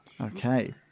okay